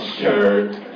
shirt